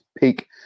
Peak